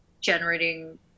generating